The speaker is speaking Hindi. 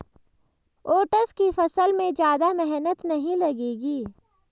ओट्स की फसल में ज्यादा मेहनत नहीं लगेगी